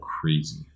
crazy